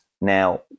Now